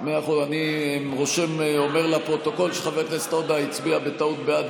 אני אומר לפרוטוקול שחבר הכנסת עודה הצביע בטעות בעד,